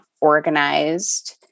organized